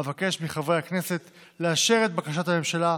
אבקש מחברי הכנסת לאשר את בקשת הממשלה,